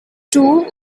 two